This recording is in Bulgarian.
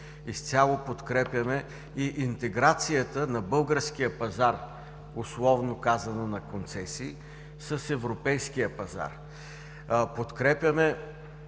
Изцяло подкрепяме и интеграцията на българския пазар, условно казано, на концесии, с европейския пазар. Подкрепяме